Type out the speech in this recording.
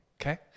okay